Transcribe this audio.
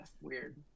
weird